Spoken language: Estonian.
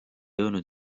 jõudnud